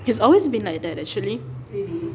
he's always been like that actually